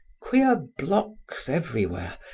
queer blocks everywhere,